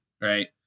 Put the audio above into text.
right